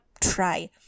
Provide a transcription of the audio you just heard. try